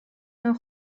mewn